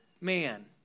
man